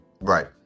right